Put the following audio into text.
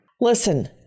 Listen